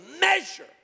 measure